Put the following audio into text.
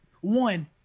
one